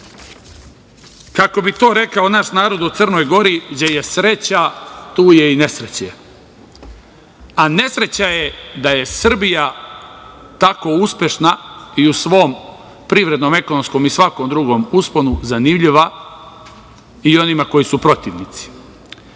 kako bi to rekao naš narod u Crnoj Gori „đe je sreća, tu je i nesreće“, a nesreća je da je Srbija tako uspešna i u svom privrednom ekonomskom i svakom drugom usponu zanimljiva i onima koji su protivnici. Videćete